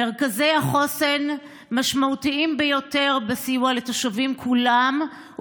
מרכזי החוסן משמעותיים ביותר בסיוע לתושבים כולם,